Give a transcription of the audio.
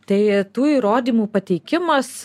tai tų įrodymų pateikimas